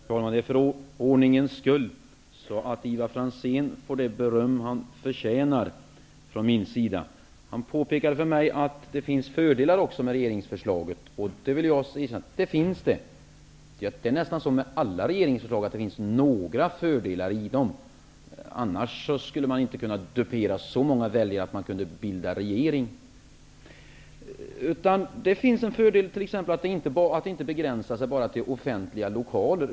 Herr talman! För ordningens skull måste jag ge Ivar Franzén det berömm han förtjänar från min sida. Han påpekar för mig att det också finns fördelar med regeringsförslaget. Ja, det finns det. I nästan alla regeringsförslag finns några fördelar. Annars skulle man inte kunna dupera så många väljare att man kunde bilda regering. Det finns t.ex. en fördel med att inte bara begränsa sig till offentliga lokaler.